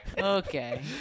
Okay